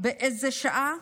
באיזו שעה